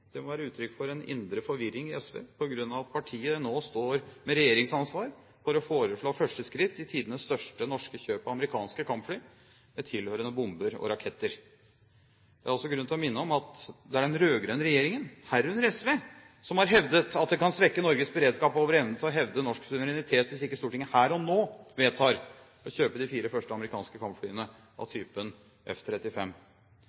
Det må være uttrykk for en indre forvirring i SV på grunn av at partiet nå står med regjeringsansvar for å foreslå første skritt i tidenes største norske kjøp av amerikanske kampfly med tilhørende bomber og raketter. Det er også grunn til å minne om at det er den rød-grønne regjeringen, herunder SV, som har hevdet at det kan svekke Norges beredskap og vår evne til å hevde norsk suverenitet, hvis ikke Stortinget her og nå vedtar å kjøpe de fire første amerikanske kampflyene av